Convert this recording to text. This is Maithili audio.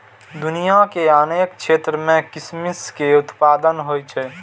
दुनिया के अनेक क्षेत्र मे किशमिश के उत्पादन होइ छै